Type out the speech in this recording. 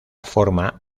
forma